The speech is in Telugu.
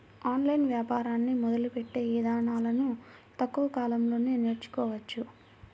ఆన్లైన్ వ్యాపారాన్ని మొదలుపెట్టే ఇదానాలను తక్కువ కాలంలోనే నేర్చుకోవచ్చు